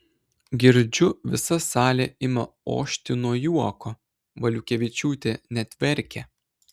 girdžiu visa salė ima ošti nuo juoko valiukevičiūtė net verkia